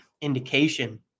indication